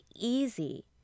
easy